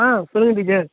ஆ சொல்லுங்கள் டீச்சர்